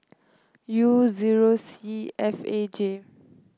U zero C F A J